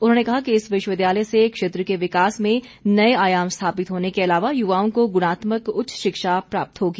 उन्होंने कहा कि इस विश्वविद्यालय से क्षेत्र के विकास में नए आयाम स्थापित होने के अलावा युवाओं को गुणात्मक उच्च शिक्षा प्राप्त होगी